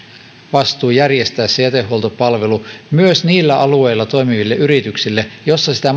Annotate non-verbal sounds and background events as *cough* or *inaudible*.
vastuu järjestää se jätehuoltopalvelu myös niillä alueilla toimiville yrityksille missä sitä *unintelligible*